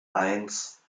eins